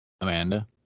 Amanda